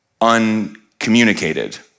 uncommunicated